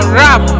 rap